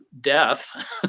death